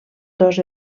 dos